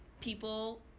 people